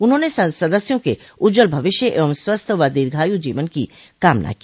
उन्होंने सदस्यों के उज्ज्वल भविष्य एवं स्वस्थ व दीर्घायू जीवन की कामना की